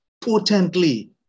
potently